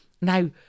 Now